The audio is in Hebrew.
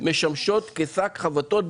משמשות כשק חבטות.